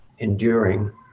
Enduring